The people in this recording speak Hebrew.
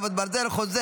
חרבות ברזל) (חוזה,